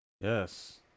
Yes